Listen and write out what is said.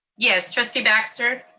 yes, trustee baxter.